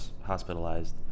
hospitalized